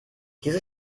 diese